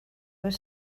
were